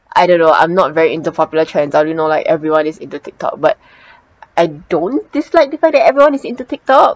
I don't know I'm not very into popular trends I only know like everyone is into Tiktok but I don't dislike the fact that everyone is into Tiktok